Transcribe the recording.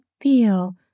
feel